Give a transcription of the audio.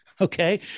Okay